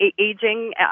aging